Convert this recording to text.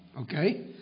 Okay